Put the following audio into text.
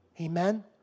Amen